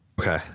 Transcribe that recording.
Okay